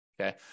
okay